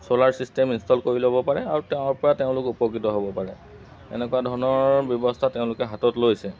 চ'লাৰ system install কৰি ল'ব পাৰে আৰু তেওঁৰ পৰা তেওঁলোক উপকৃত হ'ব পাৰে এনেকুৱা ধৰণৰ ব্যৱস্থা তেওঁলোকে হাতত লৈছে